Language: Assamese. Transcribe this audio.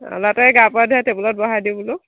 ল'ৰাটো এই গা পা ধুৱাই টেবুলত বহাই দিওঁ বোলো